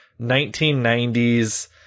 1990s